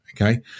okay